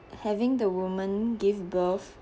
having the woman gave birth